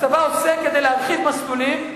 הצבא עושה כדי להרחיב מסלולים,